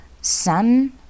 sun